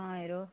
आं यरो